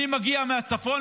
אני מגיע מהצפון,